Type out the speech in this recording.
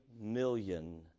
million